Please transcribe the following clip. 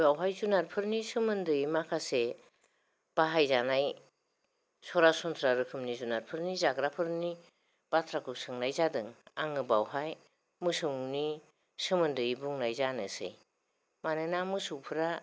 बेयावहाय जुनारफोरनि सोमोन्दै माखासे बाहायजानाय सरासनस्रा रोखोमनि जुनारफोरनि जाग्राफोरनि बाथ्राखौ सोंनाय जादों आङो बेवहाय मोसौनि सोमोन्दै बुंनाय जानोसै मानोना मोसौफ्रा